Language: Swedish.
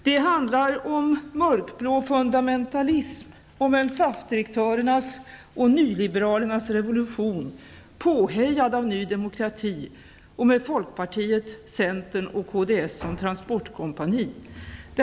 Det handlar om mörkblå fundamentalism, om en ''revolution'', påhejad av Ny Demokrati och med folkpartiet, centern och kds som transportkompani.